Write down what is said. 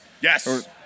Yes